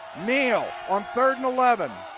meehl on third and eleven.